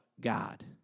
God